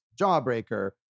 Jawbreaker